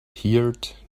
heard